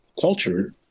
culture